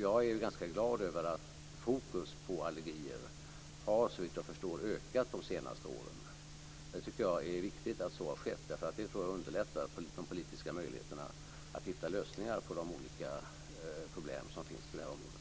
Jag är ganska glad över att fokus på allergier, såvitt jag förstår, har ökat de senast åren. Jag tycker att det är viktigt att så har skett, därför att jag tror att det underlättar de politiska möjligheterna att hitta lösningar på de olika problem som finns på det här området.